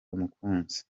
umukunzi